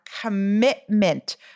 commitment